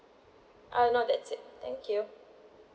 uh no that's it thank you